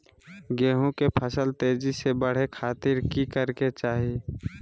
गेहूं के फसल तेजी से बढ़े खातिर की करके चाहि?